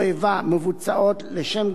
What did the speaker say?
סיפוק או ביזוי מיניים,